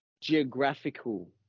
geographical